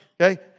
Okay